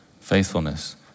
faithfulness